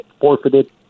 forfeited